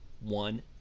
one